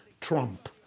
Trump